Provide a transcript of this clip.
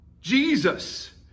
Jesus